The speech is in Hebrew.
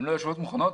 הן לא יושבות מוכנות.